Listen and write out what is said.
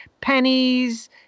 pennies